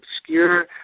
obscure